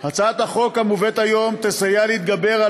הצעת החוק המובאת היום תסייע להתגבר על